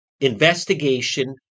investigation